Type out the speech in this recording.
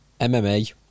MMA